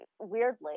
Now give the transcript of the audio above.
weirdly